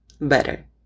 better